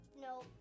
No